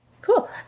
Cool